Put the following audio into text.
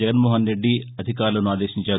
జగన్మోహన్రెడ్డి అధికారులను ఆదేశించారు